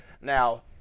Now